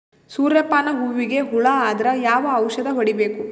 ಸೂರ್ಯ ಪಾನ ಹೂವಿಗೆ ಹುಳ ಆದ್ರ ಯಾವ ಔಷದ ಹೊಡಿಬೇಕು?